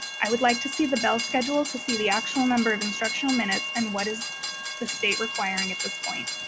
i would like to see the bell schedule to see the actual number of instructional minutes and what is the state requiring at this point.